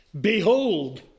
behold